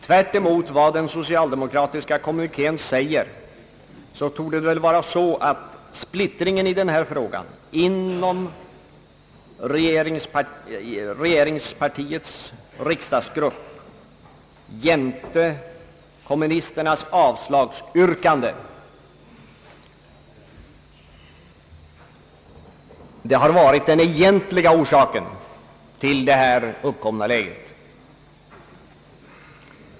Tvärtemot vad den socialdemokratiska kommunikén säger torde det väl vara så, att splittringen i denna fråga inom regeringspartiets riksdagsgrupp jämte kommunisternas avslagsyrkande har varit den egentliga orsaken till det uppkomna läget.